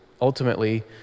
ultimately